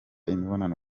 imibonano